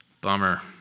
bummer